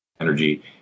energy